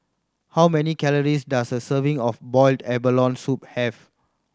how many calories does a serving of boiled abalone soup have